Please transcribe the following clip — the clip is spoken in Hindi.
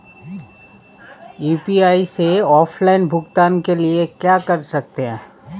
यू.पी.आई से ऑफलाइन भुगतान के लिए क्या कर सकते हैं?